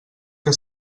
que